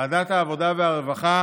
ועדת העבודה והרווחה